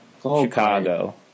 chicago